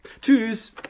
Tschüss